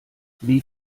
wie